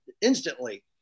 instantly